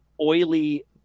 oily